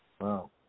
Wow